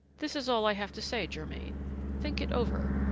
this is all i have to say, germain think it over,